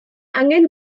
angen